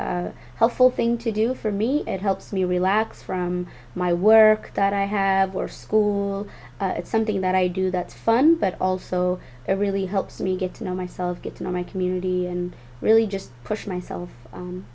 helpful thing to do for me it helps me relax from my work that i have or school it's something that i do that's fun but also really helps me get to know myself get to know my community and really just push myself